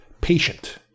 patient